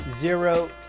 zero